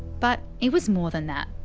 but it was more than that.